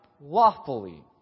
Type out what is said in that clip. lawfully